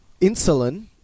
insulin